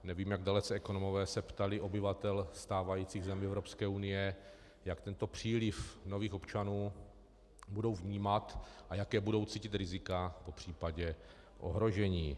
Nevím, jak dalece se ekonomové ptali obyvatel stávajících zemí Evropské unie, jak tento příliv nových občanů budou vnímat a jaká budou cítit rizika popř. ohrožení.